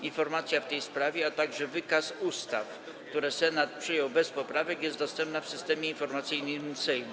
Informacja w tej sprawie, a także wykaz ustaw, które Senat przyjął bez poprawek, dostępne są w Systemie Informacyjnym Sejmu.